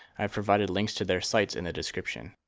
i've provided links to their sites in the description.